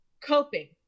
coping